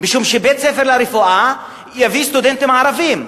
משום שבית-ספר לרפואה יביא סטודנטים ערבים.